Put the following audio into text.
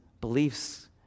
beliefs